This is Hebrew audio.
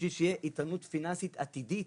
שבשביל שתהיה איתנות פיננסית עתידית,